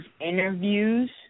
interviews